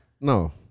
No